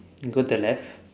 go to the left